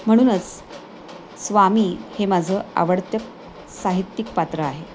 म्हणूनच स्वामी हे माझं आवडतं साहित्यिक पात्र आहे